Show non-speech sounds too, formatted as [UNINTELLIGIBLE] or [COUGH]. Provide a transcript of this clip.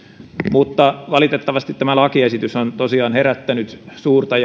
mutta valitettavasti tämä lakiesitys on tosiaan herättänyt suurta [UNINTELLIGIBLE]